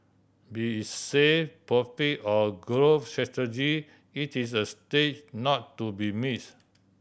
be it sale profit or growth strategy it is a stage not to be miss